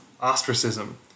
ostracism